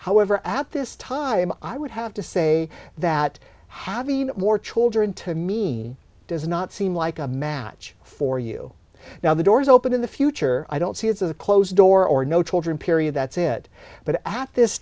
however at this time i would have to say that having more children to mean does not seem like a match for you now the doors open in the future i don't see it as a closed door or no children period that's it but at this